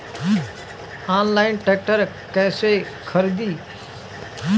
Online tractor कैसे खरदी?